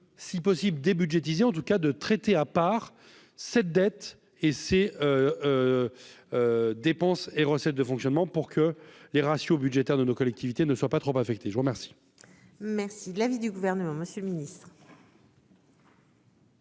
si possible des en tout cas de traiter à part cette dette et ses dépenses et recettes de fonctionnement pour que les ratios budgétaires de nos collectivités ne soit pas trop affecté, je vous remercie. Merci l'avis du gouvernement, Monsieur le Ministre.